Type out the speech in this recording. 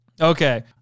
Okay